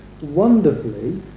wonderfully